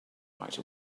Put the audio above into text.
right